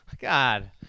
God